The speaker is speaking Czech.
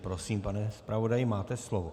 Prosím, pane zpravodaji, máte slovo.